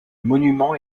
monument